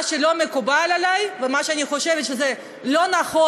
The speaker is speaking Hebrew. מה שלא מקובל עלי ומה שאני חושבת שלא נכון,